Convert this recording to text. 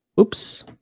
Oops